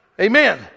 Amen